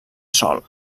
sol